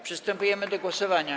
Przystępujemy do głosowania.